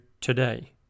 today